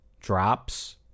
drops